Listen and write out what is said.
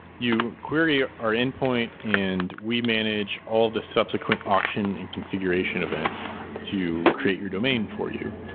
you query our endpoint and we manage all the subsequent auction and configuration events to create your domain for you.